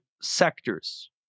sectors